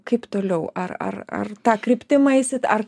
kaip toliau ar ar ar ta kryptim eisit ar